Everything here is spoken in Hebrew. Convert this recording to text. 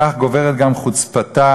כך גוברת גם חוצפתה.